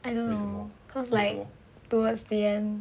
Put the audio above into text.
I don't know cause like towards the end